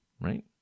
right